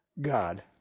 God